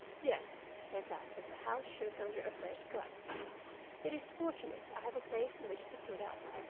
yes, said i, as the house shook under a fresh gust it is fortunate i have a place in which to put up